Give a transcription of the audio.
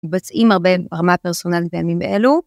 מבצעים הרבה רמה פרסונלית בימים אלו.